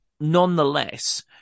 nonetheless